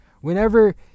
Whenever